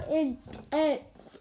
intense